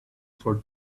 for